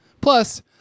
Plus